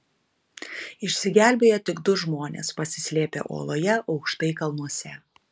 išsigelbėjo tik du žmonės pasislėpę oloje aukštai kalnuose